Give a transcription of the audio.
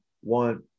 one